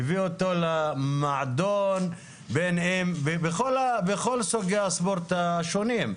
מביא אותו למועדון, בכל סוגי הספורט השונים.